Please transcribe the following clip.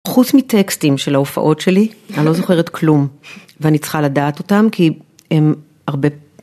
חוץ מטקסטים של ההופעות שלי אני לא זוכרת כלום ואני צריכה לדעת אותם כי הם הרבה.